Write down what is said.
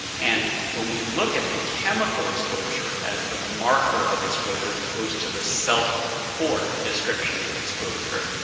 and when we look at the chemical exposure as the marker of exposure, as opposed to the self-report description of exposure,